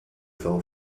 fell